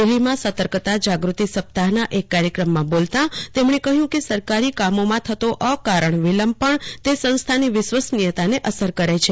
દિલ્હીમાં સતર્કતા જાગૃતિ સપ્તાહના એક કાર્યક્રમમાં બોલતા તેમણે કહ્યું કે સરકારી કામોમાં થતો અકારણ વિલંબ પણ તે જ સંસ્થાની વિશ્વસનીયતાને અસર કરે છે